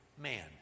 man